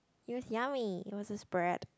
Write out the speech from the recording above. it was yummy you know what just spread